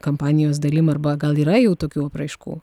kampanijos dalim arba gal yra jų tokių apraiškų